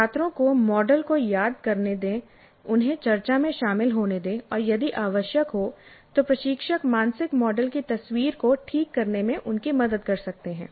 छात्रों को मॉडल को याद करने दें उन्हें चर्चा में शामिल होने दें और यदि आवश्यक हो तो प्रशिक्षक मानसिक मॉडल की तस्वीर को ठीक करने में उनकी मदद कर सकते हैं